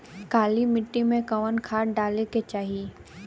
काली मिट्टी में कवन खाद डाले के चाही?